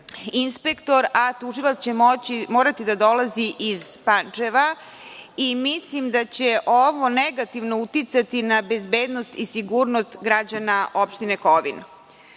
inspektor a tužilac će morati da dolazi iz Pančeva. Mislim da će ovo negativno uticati na bezbednost i sigurnost građana opštine Kovin. Drugi